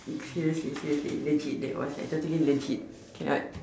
seriously seriously legit that was totally legit cannot